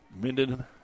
Minden